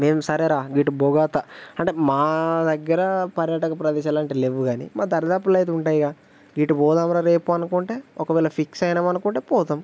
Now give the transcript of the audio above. మేము సరేరా ఇటు బొగత అంటే మా దగ్గర పర్యాటక ప్రదేశాలు అంటే లెవ్వు కానీ మా దరిదాపుల్లో అయితే ఉంటాయిగా ఇటు పోదాం రా రేపు అనుకుంటే ఒకవేళ ఫిక్స్ అయినాము అనుకుంటే పోతాం